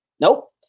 nope